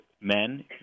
men